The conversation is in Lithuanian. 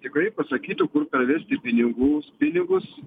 tikrai pasakytų kur pervesti pinigų pinigus